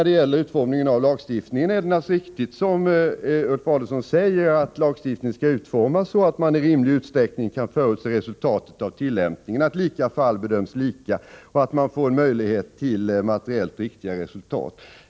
Det är naturligtvis riktigt som Ulf Adelsohn säger, att lagstiftningen skall utformas så att man i rimlig utsträckning kan förutse resultatet av tillämpningen -— att lika fall bedöms lika och att man skapar möjligheter till materiellt riktiga resultat.